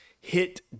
hit